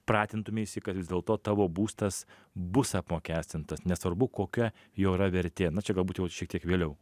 pratintumeisi kad vis dėlto tavo būstas bus apmokestintas nesvarbu kokia jo yra vertė na čia galbūt jau šiek tiek vėliau